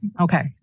okay